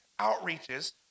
outreaches